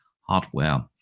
hardware